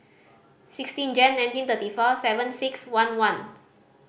sixteen Jane nineteen thirty four seven six one one